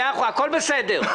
הכול בסדר.